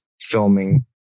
filming